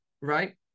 right